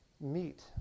meet